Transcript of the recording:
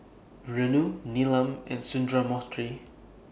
Renu Neelam and Sundramoorthy